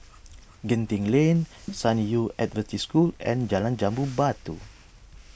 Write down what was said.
Genting Lane San Yu Adventist School and Jalan Jambu Batu